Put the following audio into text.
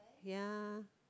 ya